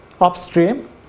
upstream